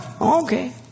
okay